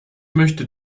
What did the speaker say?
möchte